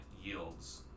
yields